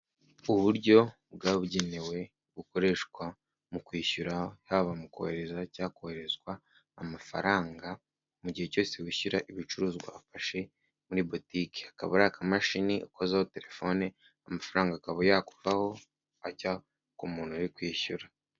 Uburyo bwabugenewe bukoreshwa mu kwishyura, haba mu kohereza cyangwa kohererezwa amafaranga mu gihe cyose wishyura ibicuruzwa wafashe muri butike, akaba ari akamashini ukozaho telefone amafaranga akaba yakuvaho akajya ku muntu uri kwishyura.